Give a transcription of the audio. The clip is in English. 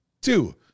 Two